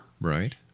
Right